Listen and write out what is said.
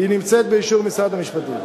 נמצאת באישור משרד המשפטים.